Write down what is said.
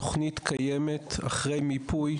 תוכנית קיימת אחרי מיפוי,